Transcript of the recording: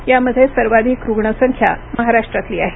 यामध्ये सर्वाधिक रुग्णसंख्या महाराष्ट्रातील आहे